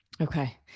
Okay